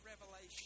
revelation